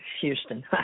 Houston